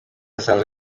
asanzwe